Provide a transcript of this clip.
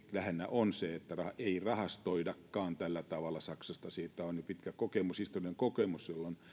on lähinnä se että ei rahastoidakaan tällä tavalla saksassa siitä on jo pitkä historiallinen kokemus jolloin